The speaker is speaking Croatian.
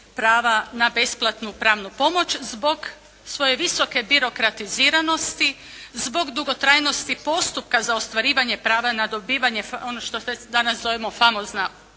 prava na besplatnu pravnu pomoć zbog svoje visoke birokratiziranosti, zbog dugotrajnosti postupka za ostvarivanje prava na dobivanje, ono što danas zovemo famozna